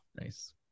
Nice